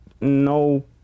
no